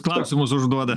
klausimus užduoda